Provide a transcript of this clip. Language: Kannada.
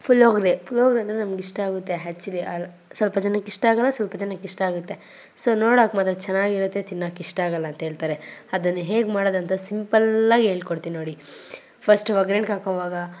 ಪುಳ್ಯೋಗ್ರೆ ಪುಳ್ಯೋಗ್ರೆ ಅಂದರೆ ನಮಗಿಷ್ಟ ಆಗತ್ತೆ ಹೆಚ್ಚಿಗೆ ಅಲ್ಲ ಸ್ವಲ್ಪ ಜನಕ್ಕಿಷ್ಟ ಆಗಲ್ಲ ಸ್ವಲ್ಪ ಜನಕ್ಕಿಷ್ಟ ಆಗುತ್ತೆ ಸೊ ನೋಡಕ್ಕೆ ಮಾತ್ರ ಚೆನ್ನಾಗಿರುತ್ತೆ ತಿನ್ನಕ್ಕಿಷ್ಟ ಆಗಲ್ಲ ಅಂತೇಳ್ತಾರೆ ಅದನ್ನು ಹೇಗೆ ಮಾಡೋದಂತ ಸಿಂಪಲ್ಲಾಗಿ ಹೇಳ್ಕೊಡ್ತಿನ್ ನೋಡಿ ಫಸ್ಟ್ ಒಗರ್ಣ್ಗಾಕೋವಾಗ